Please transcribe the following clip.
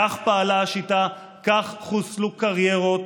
כך פעלה השיטה, כך חוסלו קריירות.